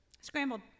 Scrambled